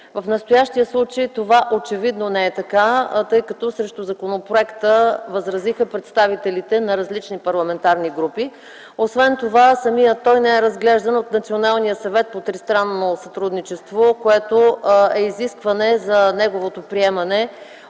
В настоящия случай това очевидно не е така, тъй като срещу законопроекта възразиха представители на различни парламентарни групи. Освен това самият той не е разглеждан от Националния съвет по тристранно сътрудничество, което е изискване за неговото приемане